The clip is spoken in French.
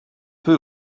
peu